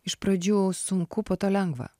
iš pradžių sunku po to lengva